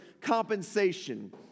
compensation